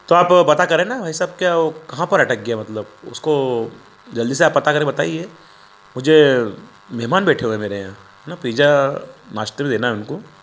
तो आप पता करें ना भाई साहब क्या वो कहाँ पर अटक गया मतलब उसको जल्दी से आप पता करके बताइए मुझे मेहमान बैठे हुए हैं मेरे यहाँ न पिज्जा मास्टर भी देना है उनको